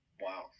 Wow